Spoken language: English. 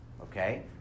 Okay